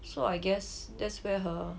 so I guess that's where her